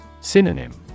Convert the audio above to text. Synonym